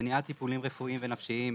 מניעת טיפולים רפואיים ונפשיים,